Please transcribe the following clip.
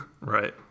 Right